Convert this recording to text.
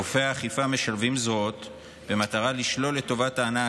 גופי האכיפה משלבים זרועות במטרה לשלול את טובת ההנאה